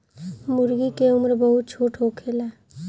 मूर्गी के उम्र बहुत छोट होखेला